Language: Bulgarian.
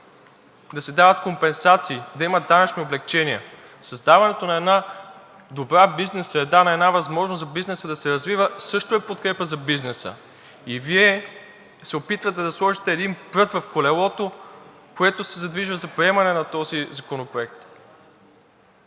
да се дават компенсации, да има данъчни облекчения. Създаването на една добра бизнес среда, на една възможност за бизнеса да се развива, също е подкрепа за бизнеса. Вие се опитвате да сложите един прът в колелото, което се задвижва за приемане на този законопроект,